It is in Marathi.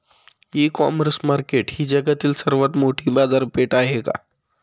इ कॉमर्स मार्केट ही जगातील सर्वात मोठी बाजारपेठ आहे का?